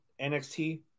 NXT